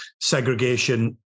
segregation